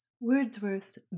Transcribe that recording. Wordsworth's